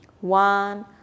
one